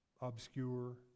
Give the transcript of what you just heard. obscure